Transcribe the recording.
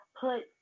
put